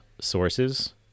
sources